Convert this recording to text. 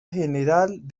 general